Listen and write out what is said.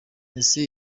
ese